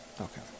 Okay